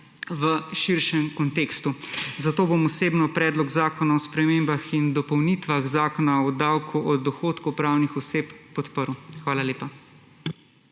v širšem kontekstu. Zato bom osebno Predlog zakona o spremembah in dopolnitvah Zakona o davku od dohodkov pravnih oseb podprl. Hvala lepa.